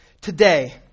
today